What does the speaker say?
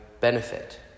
benefit